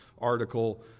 article